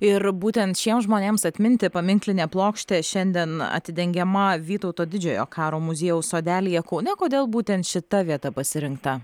ir būtent šiems žmonėms atminti paminklinė plokštė šiandien atidengiama vytauto didžiojo karo muziejaus sodelyje kaune kodėl būtent šita vieta pasirinkta